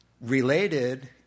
related